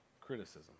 criticism